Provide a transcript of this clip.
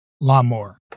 lawnmower